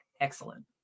excellent